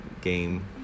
game